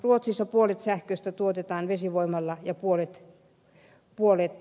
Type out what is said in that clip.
ruotsissa puolet sähköstä tuotetaan vesivoimalla ja puolet ydinvoimalla